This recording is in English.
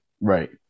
Right